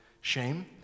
shame